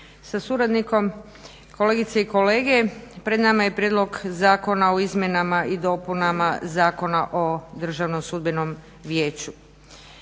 sa suradnikom, kolegice i kolege. Pred nama je Prijedlog zakona o izmjenama i dopunama Zakona o Državnom sudbenom vijeću.